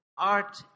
Art